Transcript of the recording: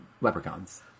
leprechauns